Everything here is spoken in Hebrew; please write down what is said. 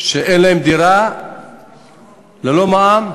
שאין להם דירה ללא מע"מ.